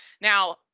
Now